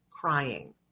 crying